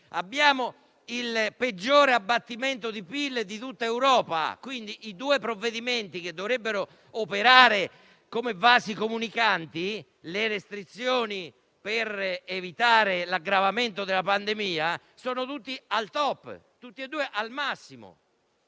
registrato il peggior abbattimento di PIL di tutta Europa e quindi i due provvedimenti, che dovrebbero operare come vasi comunicanti, ovvero le restrizioni per evitare l'aggravamento della pandemia, sono tutti e due al *top*, al massimo